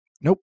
Nope